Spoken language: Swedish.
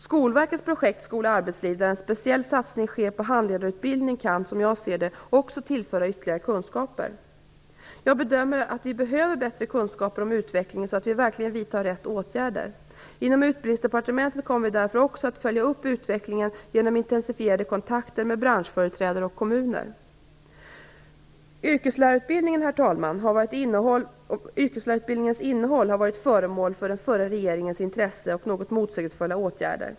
Skolverkets projekt Skola-Arbetsliv, där en speciell satsning sker på handledarutbildning kan, som jag ser det, också tillföra ytterligare kunskaper. Jag bedömer att vi behöver bättre kunskaper om utvecklingen så att vi verkligen vidtar rätt åtgärder. Inom Utbildningsdepartementet kommer vi därför också att följa upp utvecklingen genom intensifierade kontakter med branschföreträdare och kommuner. Yrkeslärarutbildningens innehåll har varit föremål för den förra regeringens intresse och något motsägelsefulla åtgärder.